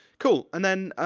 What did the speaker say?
cool, and then,